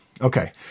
okay